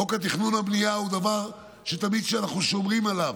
חוק התכנון והבנייה הוא דבר שאנחנו תמיד שומרים עליו,